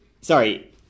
Sorry